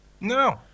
no